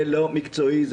זה לרציני, זה לא מקצועי.